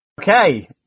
Okay